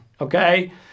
Okay